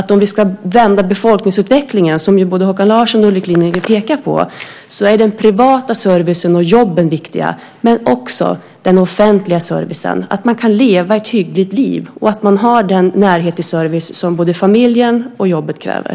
Om vi ska vända befolkningsutvecklingen, som både Håkan Larsson och Ulrik Lindgren pekar på, är den privata servicen och jobben viktiga. Det gäller också den offentliga servicen. Man ska kunna leva ett hyggligt liv och ha den närhet till service som både familjen och jobbet kräver.